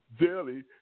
daily